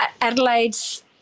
Adelaide's